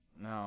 no